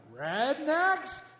Rednecks